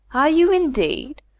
are you, indeed?